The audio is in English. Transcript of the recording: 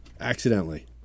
accidentally